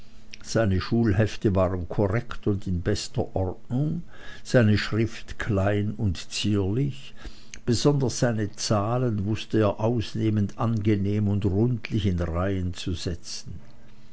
seine schulhefte waren korrekt und in bester ordnung seine schrift klein und zierlich besonders seine zahlen wußte er ausnehmend angenehm und rundlich in reihen zu setzen